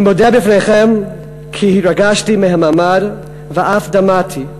אני מודה בפניכם כי התרגשתי מהמעמד ואף דמעתי.